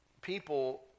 people